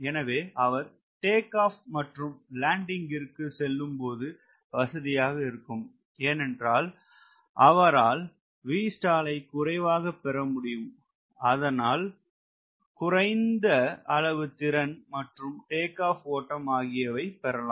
எனவே அவர் take off மற்றும் லேண்டிங் கிற்கு செல்லும்போது வசதியாக இருக்கும் ஏனென்றால் அவரால் ஐ குறைவாக பெற முடியும் அதனால் குறைந்த அளவு திறன் மற்றும் டேக் ஆப் ஓட்டம் ஆகியவை பெறலாம்